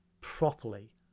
properly